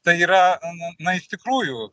tai yra na iš tikrųjų